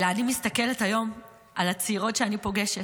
אלא אני מסתכלת היום על הצעירות שאני פוגשת.